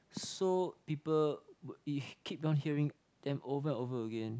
so people would if keep on hearing them over and over again